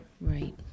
Right